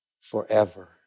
forever